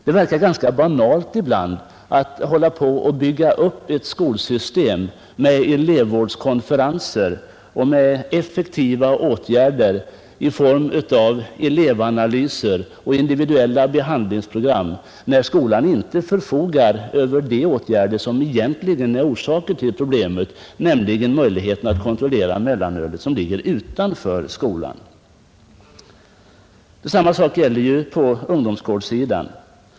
Det verkar ganska meningslöst ibland att hålla på och bygga upp ett skolsystem med elevvårdskonferenser och med effektiva åtgärder i form av elevanalyser och individuella behandlingsprogram när skolan inte kan vidta åtgärder på det område där orsakerna till problemen är att finna, alltså inte har möjlighet att kontrollera konsumtionen av mellanöl. Samma sak gäller för ungdomsgårdarna.